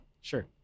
Sure